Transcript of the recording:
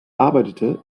arbeitete